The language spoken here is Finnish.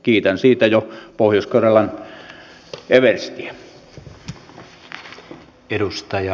kiitän siitä jo pohjois karjalan everstiä